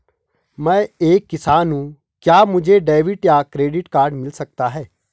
मैं एक किसान हूँ क्या मुझे डेबिट या क्रेडिट कार्ड मिल सकता है?